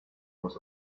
was